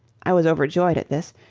i was overjoyed at this,